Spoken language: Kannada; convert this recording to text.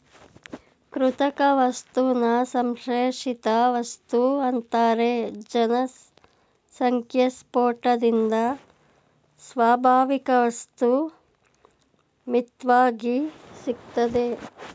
ಕೃತಕ ವಸ್ತುನ ಸಂಶ್ಲೇಷಿತವಸ್ತು ಅಂತಾರೆ ಜನಸಂಖ್ಯೆಸ್ಪೋಟದಿಂದ ಸ್ವಾಭಾವಿಕವಸ್ತು ಮಿತ್ವಾಗಿ ಸಿಗ್ತದೆ